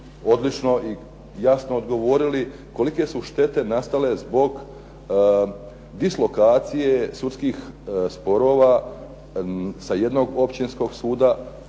odlično i jasno odgovorili kolike su štete nastale zbog dislokacije sudskih sporova sa jednog općinskog suda,